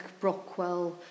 Brockwell